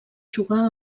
jugar